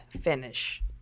finish